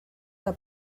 que